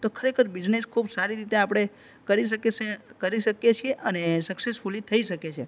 તો ખરેખર બિઝનેસ ખૂબ સારી રીતે આપણે કરી શકીએ છે કરી શકીએ છીએ અને સક્સેસફૂલી થઈ શકે છે